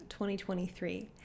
2023